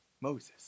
Moses